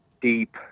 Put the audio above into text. deep